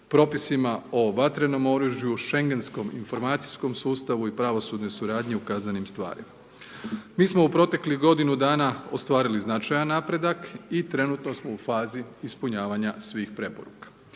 propisima o vatrenom oružju, Šengenskom informacijskom sustavu i pravosudnoj suradnji u kaznenim stvarima. Mi smo u proteklih godinu dana ostvarili značajan napredak i trenutno smo u fazi ispunjavanja svih preporuka.